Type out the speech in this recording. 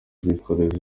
ubwikorezi